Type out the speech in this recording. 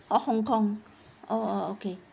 oh hong kong oh oh okay